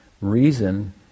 reason